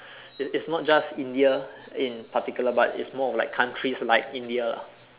it's it's not just India in particular but it's more of like countries like India lah